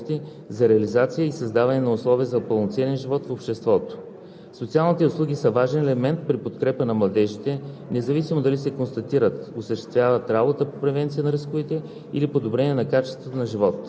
Младежите в уязвимо положение в много по-голяма степен се нуждаят от подкрепа, свързана както с прехода им към самостоятелния живот, така и с предоставянето на възможности за реализация и създаване на условия за пълноценен живот в обществото.